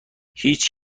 هیچ